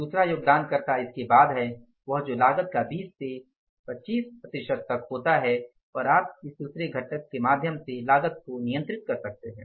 दूसरा योगदानकर्ता इसके बाद है वह जो लागत का 20 से 25 प्रतिशत तक होता है और आप इस दूसरे घटक के माध्यम से लागत को नियंत्रित कर सकते हैं